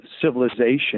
civilization